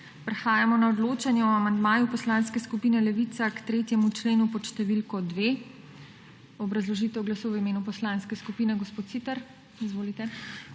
Prehajamo na odločanje o amandmaju Poslanske skupine Levica k 3. členu pod številko 2. Obrazložitev glasu v imenu poslanske skupine ima gospod Siter. Izvolite.